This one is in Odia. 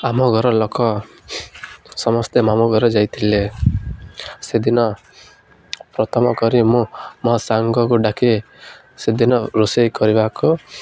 ଆମ ଘର ଲୋକ ସମସ୍ତେ ମାମୁଁ ଘର ଯାଇଥିଲେ ସେଦିନ ପ୍ରଥମ କରି ମୁଁ ମୋ ସାଙ୍ଗକୁ ଡ଼ାକି ସେଦିନ ରୋଷେଇ କରିବାକୁ